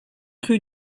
rue